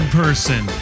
person